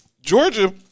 Georgia